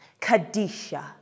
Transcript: Kadisha